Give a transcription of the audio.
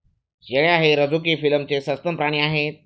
शेळ्या हे रझुकी फिलमचे सस्तन प्राणी आहेत